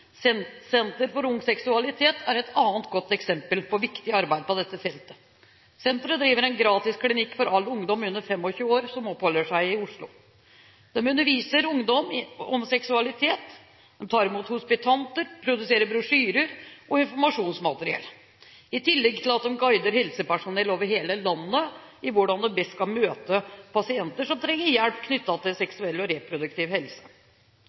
senter for ung seksualitet – er et annet godt eksempel på viktig arbeid på dette feltet. Senteret driver en gratis klinikk for all ungdom under 25 år som oppholder seg i Oslo. De underviser ungdom om seksualitet, tar imot hospitanter, produserer brosjyrer og informasjonsmateriell, i tillegg til at de guider helsepersonell over hele landet om hvordan man best kan møte pasienter som trenger hjelp knyttet til seksuell og reproduktiv helse.